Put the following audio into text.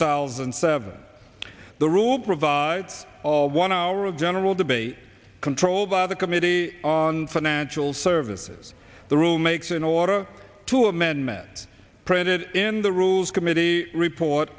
thousand and seven the rule provides of one hour of general debate control by the committee on financial services the room makes in order to amend met printed in the rules committee report